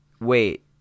Wait